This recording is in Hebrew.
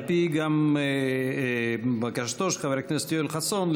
על פי בקשתו של יואל חסון,